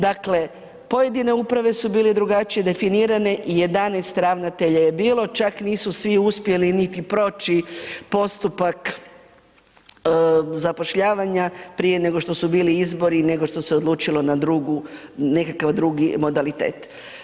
Dakle, pojedine uprave su bile drugačije definirane i 11 ravnatelja je bilo, čak nisu svi uspjeli niti proći postupak zapošljavanja prije nego što su bili izbori, nego što se odlučilo na drugu, nekakav drugi modalitet.